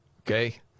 Okay